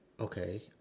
Okay